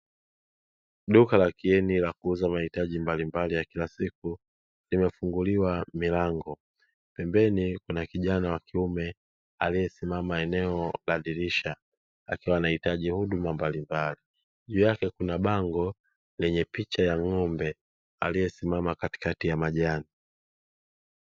Duka la kieni la kuuza mahitaji mbalimbali ya kila siku nimefunguliwa milango. Pembeni kuna kijana wa kiume aliyesimama eneo la kubadilisha akiwa anahitaji huduma mbalimbali. Juu yake kuna bango lenye picha ya ng'ombe aliyesimama katikati ya majani.